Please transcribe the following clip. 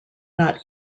not